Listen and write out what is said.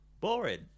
Boring